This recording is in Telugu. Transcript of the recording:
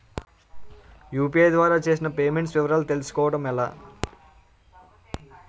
యు.పి.ఐ ద్వారా చేసిన పే మెంట్స్ వివరాలు తెలుసుకోవటం ఎలా?